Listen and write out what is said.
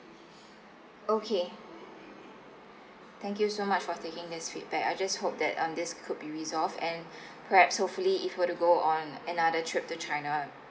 okay thank you so much for taking this feedback I just hope that um this could be resolved and perhaps hopefully if we're to go on another trip to china